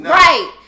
right